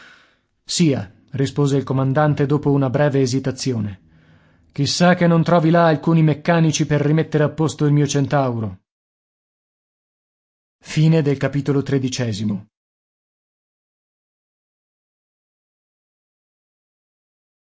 sia rispose il comandante dopo una breve esitazione chissà che non trovi là alcuni meccanici per rimettere a posto il mio centauro diciotto ore